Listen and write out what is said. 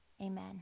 Amen